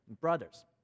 brothers